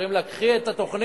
אומרים לה: קחי את התוכנית,